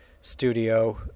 studio